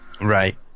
Right